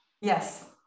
yes